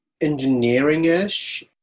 engineering-ish